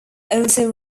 also